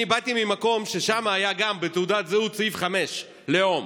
אני באתי ממקום שבו היה בתעודת הזהות סעיף 5: לאום,